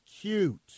cute